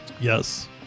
Yes